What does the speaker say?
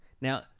Now